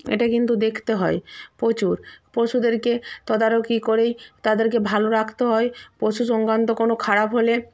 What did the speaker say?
এটা কিন্তু দেখতে হয় প্রচুর পশুদেরকে তদারকি করেই তাদেরকে ভালো রাখতে হয় পশু সংক্রান্ত কোনো খারাপ হলে